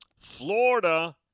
Florida